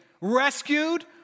rescued